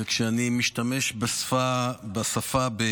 וכשאני משתמש במילה "החלטתי",